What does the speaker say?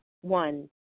One